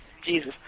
Jesus